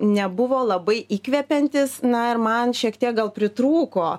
nebuvo labai įkvepiantis na ir man šiek tiek gal pritrūko